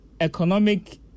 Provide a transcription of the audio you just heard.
Economic